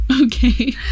Okay